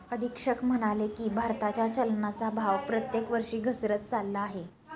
अधीक्षक म्हणाले की, भारताच्या चलनाचा भाव प्रत्येक वर्षी घसरत चालला आहे